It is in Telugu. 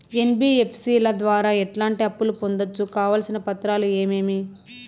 ఎన్.బి.ఎఫ్.సి ల ద్వారా ఎట్లాంటి అప్పులు పొందొచ్చు? కావాల్సిన పత్రాలు ఏమేమి?